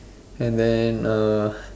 and then uh